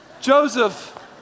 Joseph